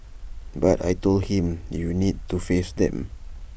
but I Told him you need to face them